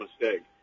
mistake